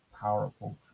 powerful